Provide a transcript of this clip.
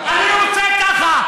אני רוצה ככה.